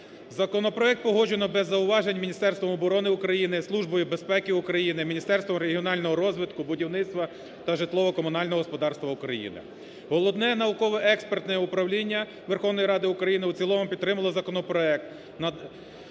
Законопроект погоджено без зауважень Міністерством оброни України, Службою безпеки України, Міністерством регіонального розвитку, будівництва та житлово-комунального господарства України. Головне науково-експертне управління Верховної Ради України у цілому підтримало законопроект.